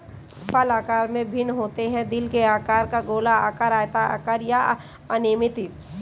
फल आकार में भिन्न होते हैं, दिल के आकार का, गोलाकार, आयताकार या अनियमित